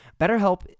BetterHelp